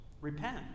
repent